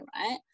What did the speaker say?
right